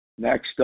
Next